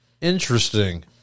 Interesting